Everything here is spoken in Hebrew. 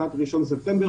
ב-1 בספטמבר,